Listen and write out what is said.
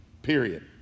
Period